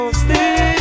stay